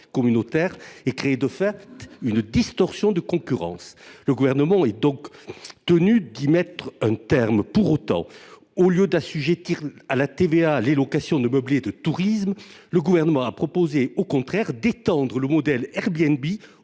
communautaire et créait, de fait, une distorsion de concurrence. Le Gouvernement est donc tenu d’y mettre un terme. Cependant, au lieu d’assujettir à la TVA les locations de meublés de tourisme, le Gouvernement a proposé, à l’inverse, d’étendre le modèle Airbnb